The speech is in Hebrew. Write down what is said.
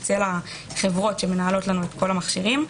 אצל החברות שמנהלות את המכשירים.